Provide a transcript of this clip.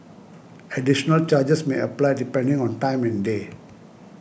additional charges may apply depending on time and day